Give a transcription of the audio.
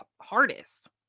hardest